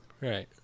Right